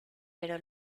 pero